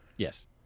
Yes